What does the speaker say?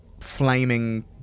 flaming